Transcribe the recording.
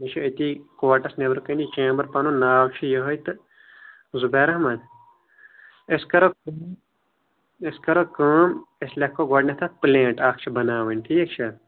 مےٚ چُھ أتی کوٹس نٮ۪برٕکَنی چیمبر پَنُن ناو چُھ یِہٕے تہٕ زبیر احمد أسۍ کَرو کٲم أسۍ کَرو کٲم أسۍ لٮ۪کھو گۄڈٕنٮ۪تھ اکھ پلینٹ اکھ چھِ بناوٕنۍ ٹھیٖک چھا